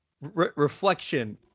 reflection